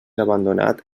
abandonat